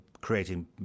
creating